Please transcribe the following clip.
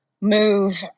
move